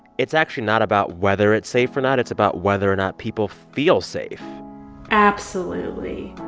it's actually not about whether it's safe or not it's about whether or not people feel safe absolutely